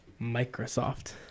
microsoft